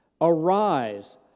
arise